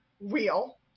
real